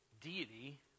deity